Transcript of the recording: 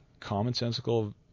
commonsensical